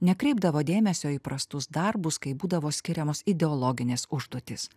nekreipdavo dėmesio į prastus darbus kai būdavo skiriamos ideologinės užduotys